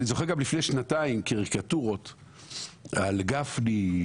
אני זוכר שלפני שנתיים היו קריקטורות על גפני,